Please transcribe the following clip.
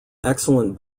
excellent